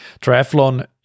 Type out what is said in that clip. Triathlon